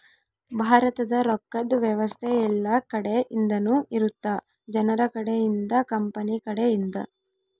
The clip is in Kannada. ಭಾರತದ ರೊಕ್ಕದ್ ವ್ಯವಸ್ತೆ ಯೆಲ್ಲ ಕಡೆ ಇಂದನು ಇರುತ್ತ ಜನರ ಕಡೆ ಇಂದ ಕಂಪನಿ ಕಡೆ ಇಂದ